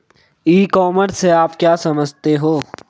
ई commerce से आप क्या समझते हो?